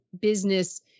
business